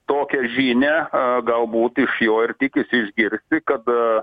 tokią žinią galbūt iš jo ir tikisiišgirsti kad